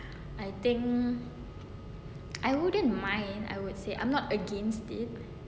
I think I wouldn't mind I would say I'm not against it